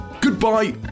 Goodbye